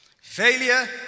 Failure